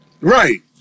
Right